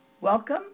Welcome